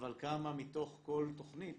אבל כמה מתוך כל תוכנית